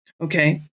Okay